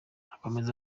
akomeza